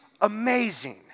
amazing